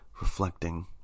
reflecting